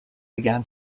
began